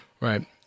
right